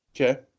Okay